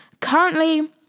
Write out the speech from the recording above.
currently